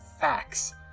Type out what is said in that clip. facts